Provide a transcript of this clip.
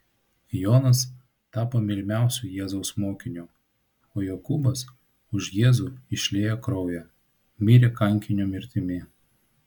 jonas tapo mylimiausiu jėzaus mokiniu o jokūbas už jėzų išliejo kraują mirė kankinio mirtimi